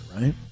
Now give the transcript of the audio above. right